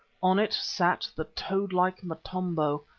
on it sat the toad-like motombo.